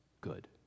good